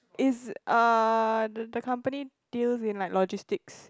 is uh the company deals in like logistics